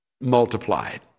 multiplied